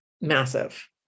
massive